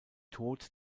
tod